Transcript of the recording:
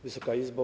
Wysoka Izbo!